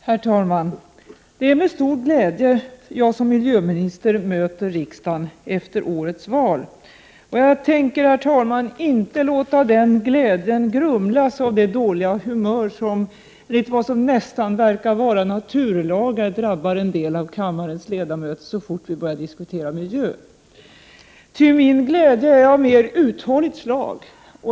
Herr talman! Det är med stor glädje jag som miljöminister möter riksdagen efter årets val. Och jag tänker, herr talman, inte låta den glädjen grumlas av det dåliga humör som enligt vad som nästan verkar vara naturlagar drabbar en del av kammarens ledamöter så fort vi börjar diskutera miljön, ty min glädje är av mer uthålligt slag.